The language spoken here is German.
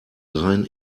rein